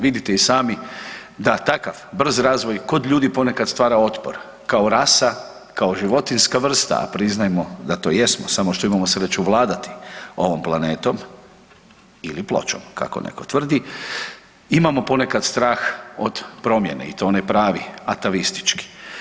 Vidite i sami da takav brz razvoj kod ljudi ponekad stvara otpor, kao rasa, kao životinjska vrsta, a priznajmo da to jesmo, samo što imamo sreću vladati ovom planetom ili pločom, kako netko tvrdi, imamo ponekad strah od promjene i to one pravi atavistički.